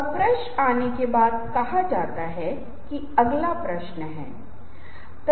पहला प्रश्न श्रोता पूछ रहा है कि क्या मुझे पूरी बात होने तक बैठनी चाहिए या क्या मुझे पहले जाना चाहिए